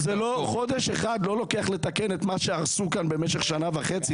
חודש אחד לא לוקח לתקן את מה שהרסו כאן במשך שנה וחצי.